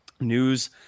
News